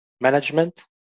management